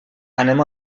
anem